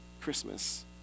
Christmas